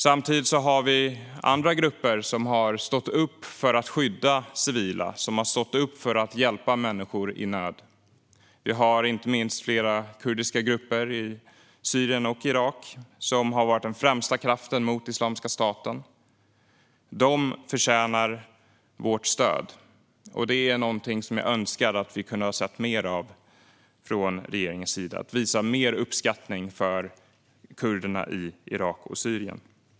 Samtidigt har vi andra grupper som har stått upp för att skydda civila och för att hjälpa människor i nöd. Inte minst flera kurdiska grupper i Syrien och Irak har varit den främsta kraften mot Islamiska staten. De förtjänar vårt stöd. Det önskar jag att vi skulle ha sett mer av från regeringens sida. Man hade kunnat visa mer uppskattning för kurderna i Irak och Syrien.